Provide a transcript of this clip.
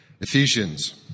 Ephesians